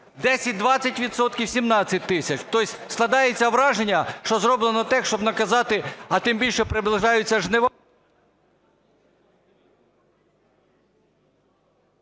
– 17 тисяч. То есть складається враження, що зроблено так, щоб наказати, а тим більше наближаються жнива…